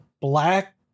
Black